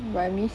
but I miss